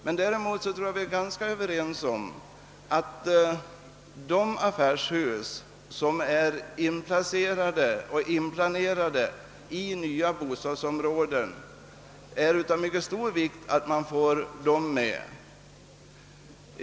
Men däremot kan vi vara överens om att det är av stor vikt att man får med de affärshus som är inplanerade i nya bostadsområden.